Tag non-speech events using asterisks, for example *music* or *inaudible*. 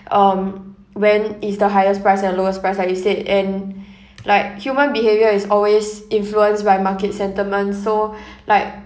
um when is the highest price and lowest price like you said and like human behaviour is always influenced by market sentiment so *breath* like